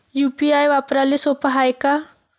UPI वापराले सोप हाय का?